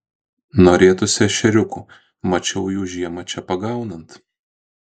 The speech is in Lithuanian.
norėtųsi ešeriukų mačiau jų žiemą čia pagaunant